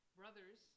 brothers